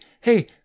hey